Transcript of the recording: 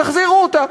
תחזירו אותה,